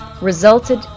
resulted